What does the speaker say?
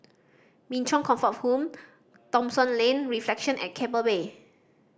Min Chong Comfort Home Thomson Lane Reflection at Keppel Bay